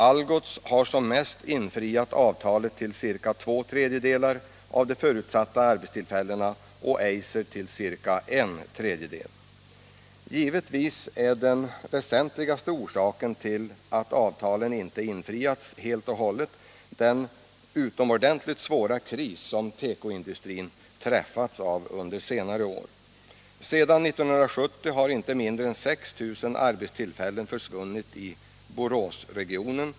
Algots har som mest infriat avtalet till ca två tredjedelar av de förutsatta arbetstillfällena och Eiser till ca en tredjedel. Givetvis är den väsentligaste orsaken till att avtalen inte helt och hållet infriats den utomordentligt svåra kris som tekoindustrin träffats av under senare år. Sedan 1970 har inte mindre än 6 000 arbetstillfällen försvunnit i Boråsregionen.